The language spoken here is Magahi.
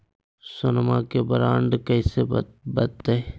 सोनमा के बॉन्ड कैसे बनते?